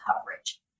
coverage